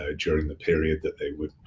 ah during the period that they would.